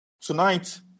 tonight